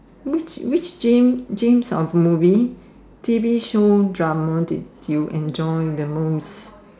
which which James James of movie T_V show drama did you enjoy the most